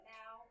now